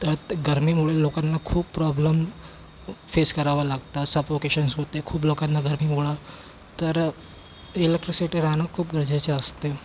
त्यात गरमीमुळे लोकांना खूप प्रॉब्लम फेस करावा लागता सफोकेशन्स होते खूप लोकांना गरमीमुळं तर इलेक्ट्रिसिटी राहणं खूप गरजेचं असते